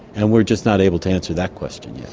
and we are just not able to answer that question yet.